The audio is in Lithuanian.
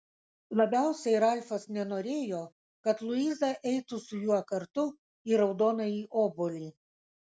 labiausiai ralfas nenorėjo kad luiza eitų su juo kartu į raudonąjį obuolį